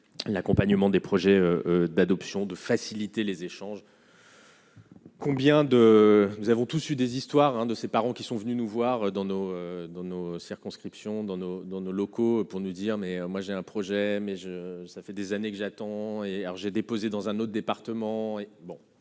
l'accompagnement des projets d'adoption de faciliter les échanges. Combien de nous avons tous eu des histoires, un de ses parents, qui sont venus nous voir dans nos dans nos circonscriptions dans nos dans nos locaux pour nous dire : mais moi j'ai un projet mais je ça fait des années que j'attends et alors j'ai déposé dans un autre département,